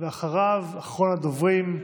אחריו, אחרון הדוברים,